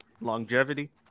longevity